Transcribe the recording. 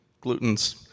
gluten's